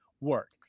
work